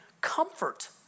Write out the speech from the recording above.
comfort